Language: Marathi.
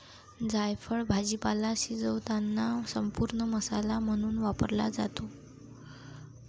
जायफळ भाजीपाला शिजवताना संपूर्ण मसाला म्हणून वापरला जातो